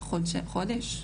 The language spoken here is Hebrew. חודש?